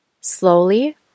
Slowly